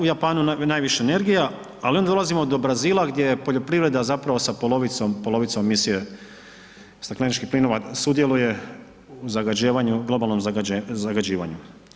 U Japanu najviše energija, ali onda dolazimo do Brazila gdje je poljoprivreda zapravo sa polovicom misije stakleničkih plinova sudjeluje u zagađivanju, globalnom zagađivanju.